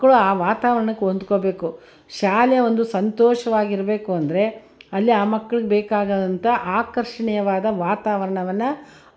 ಆ ವಾತಾವರ್ಣಕ್ಕೆ ಹೊಂದ್ಕೊಳ್ಬೇಕು ಶಾಲೆ ಒಂದು ಸಂತೋಷ್ವಾಗಿ ಇರಬೇಕು ಅಂದರೆ ಅಲ್ಲಿ ಆ ಮಕ್ಳಿಗೆ ಬೇಕಾಗದಂಥ ಆಕರ್ಷಣೀಯವಾದ ವಾತಾವರಣವನ್ನ